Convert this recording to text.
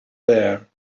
there